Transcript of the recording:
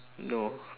no